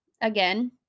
Again